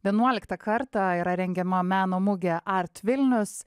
vienuoliktą kartą yra rengiama meno mugė art vilnius